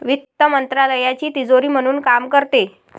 वित्त मंत्रालयाची तिजोरी म्हणून काम करते